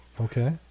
Okay